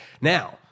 Now